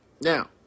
Now